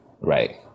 right